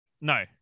No